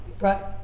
right